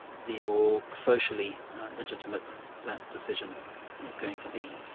the more socially legitimate that decision is going to be.